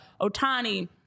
Otani